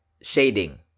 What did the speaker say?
Shading